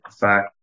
fact